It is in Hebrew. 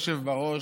אדוני היושב בראש,